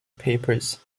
papers